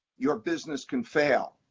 your business can fail.